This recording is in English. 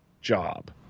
job